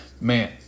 Man